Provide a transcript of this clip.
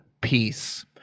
peace